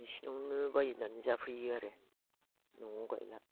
बिसोरनावनो बायनानै जाफैयो आरो मैगं मैला